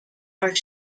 are